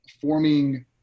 forming